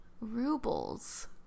Rubles